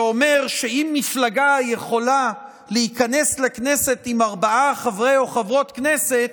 שאומר שאם מפלגה יכולה להיכנס לכנסת עם ארבעה חברי או חברות כנסת,